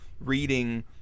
reading